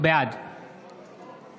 בעד